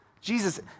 Jesus